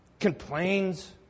Complains